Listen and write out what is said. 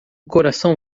coração